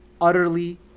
utterly